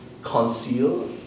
Conceal